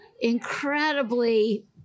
incredibly